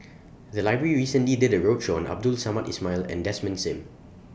The Library recently did A roadshow on Abdul Samad Ismail and Desmond SIM